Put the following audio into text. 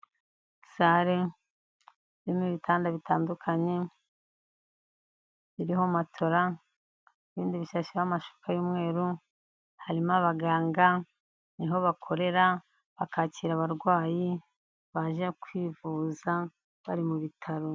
Sare zirimo ibitanda bitandukanye biriho matora ibindi bishasheho amashuka y'umweru, harimo abaganga niho bakorera bakakira abarwayi baje kwivuza bari mu bitaro.